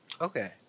Okay